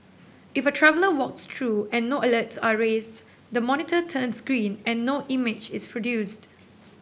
if a traveller walks through and no alerts are raised the monitor turns green and no image is produced